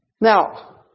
Now